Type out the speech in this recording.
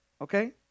Okay